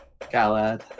Galad